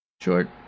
short